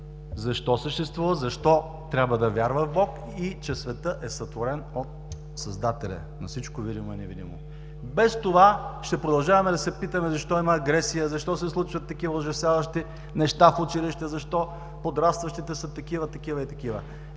защо съществува, защо трябва да вярва в Бог и че светът е сътворен от Създателя на всичко видимо и невидимо. Без това ще продължаваме да се питаме: защо има агресия, защо се случват такива ужасяващи неща в училище, защо подрастващите са такива, такива и такива?